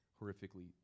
horrifically